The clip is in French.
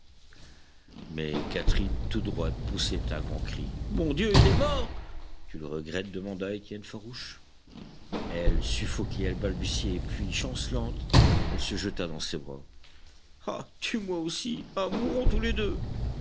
mais catherine toute droite poussait un grand cri mon dieu il est mort tu le regrettes demanda étienne farouche elle suffoquait elle balbutiait puis chancelante elle se jeta dans ses bras ah tue-moi aussi ah mourons tous les deux